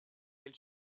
del